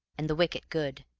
and the wicket good.